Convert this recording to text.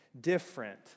different